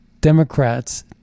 Democrats